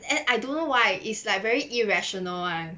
and I don't know why it's like very irrational [one]